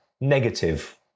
negative